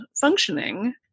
functioning